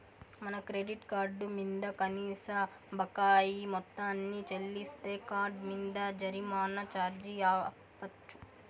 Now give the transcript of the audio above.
మన credit card మింద కనీస బకాయి మొత్తాన్ని చెల్లిస్తే కార్డ్ మింద జరిమానా ఛార్జీ ఆపచ్చు